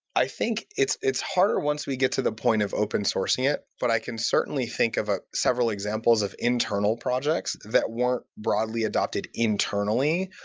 i think it's it's harder once we get to the point of open-sourcing it, but i can certainly think of a several examples of internal projects that weren't broadly adopted internally,